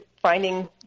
finding